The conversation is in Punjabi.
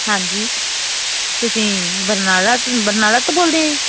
ਹਾਂਜੀ ਤੁਸੀਂ ਬਰਨਾਲਾ ਬਰਨਾਲਾ ਤੋਂ ਬੋਲਦੇ ਆ ਜੀ